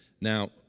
Now